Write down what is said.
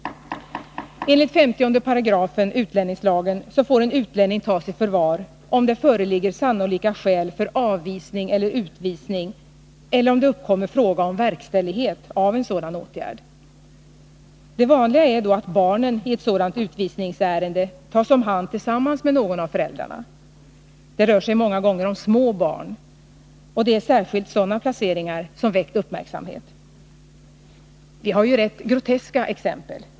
Enligt 50 § utlänningslagen får en utlänning tas i förvar, om det föreligger sannolika skäl för avvisning eller utvisning, eller om det uppkommer fråga om verkställighet av en sådan åtgärd. Det vanliga är då att barnen i ett sådant utvisningsärende tas om hand tillsammans med någon av föräldrarna. Det rör sig ofta om små barn, och det är särskilt sådana placeringar som väckt uppmärksamhet. Vi har rätt groteska exempel.